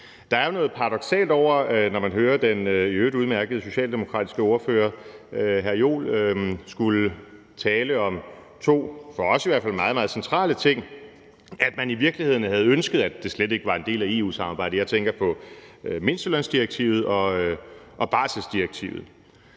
Der er jo noget paradoksalt over det, når man hører den i øvrigt udmærkede socialdemokratiske ordfører, hr. Jens Joel, tale om to i hvert fald for os meget centrale ting, i forhold til at man havde ønsket, at det i virkeligheden slet ikke var en del af EU-samarbejdet. Jeg tænker på mindstelønsdirektivet og barselsdirektivet.